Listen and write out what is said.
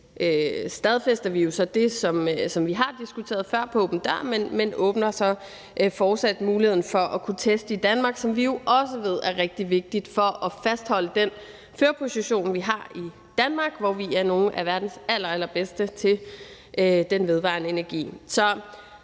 stadfæster det, som vi har diskuteret før i forhold til åben dør-ordningen, men at vi så også fortsat åbner for muligheden for at kunne teste i Danmark, hvad vi jo også ved er rigtig vigtigt for at fastholde den førerposition, vi har i Danmark, hvor vi er nogle af verdens allerallerbedste i forhold til den vedvarende energi.